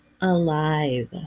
alive